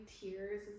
tears